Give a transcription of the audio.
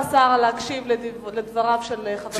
סער להקשיב לדבריו של חבר הכנסת אורון.